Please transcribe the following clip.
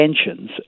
intentions